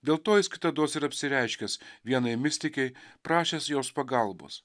dėl to jis kitados ir apsireiškęs vienai mistikei prašęs jos pagalbos